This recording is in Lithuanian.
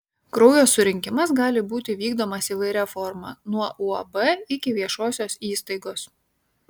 kraujo surinkimas gali būti vykdomas įvairia forma nuo uab iki viešosios įstaigos